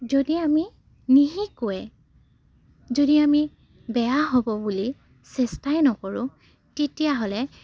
যদি আমি নিশিকোৱে যদি আমি বেয়া হ'ব বুলি চেষ্টাই নকৰোঁ তেতিয়াহ'লে